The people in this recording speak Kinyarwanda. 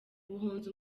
buhunzi